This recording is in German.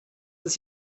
ist